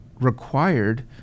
required